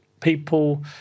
people